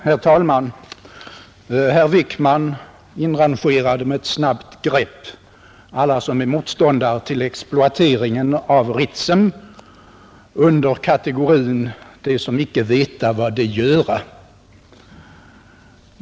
Herr talman! Herr Wickman inrangerade med ett snabbt grepp alla som är motståndare till exploateringen av Ritsem under kategorin ”de som icke veta vad de göra”.